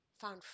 found